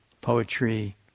poetry